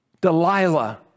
Delilah